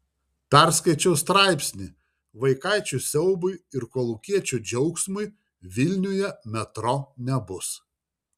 perskaičiau straipsnį vaikaičių siaubui ir kolūkiečių džiaugsmui vilniuje metro nebus